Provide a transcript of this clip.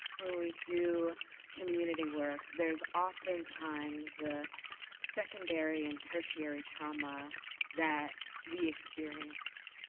when we do community work, there is oftentimes the secondary and tertiary trauma that we experience.